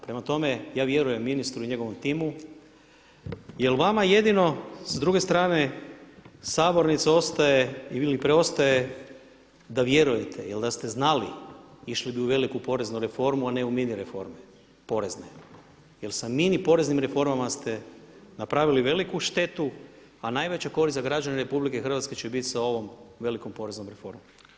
Prema tome, ja vjerujem ministru i njegovu timu jel vama jedino s druge strane sabornica ostaje ili preostaje da vjerujete jel da ste znali išli bi u veliku poreznu reformu, a ne u mini reforme porezne jel sa mini poreznim reformama ste napravili veliku štetu, a najveća korist za građane RH će biti sa ovom velikom poreznom reformom.